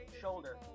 shoulder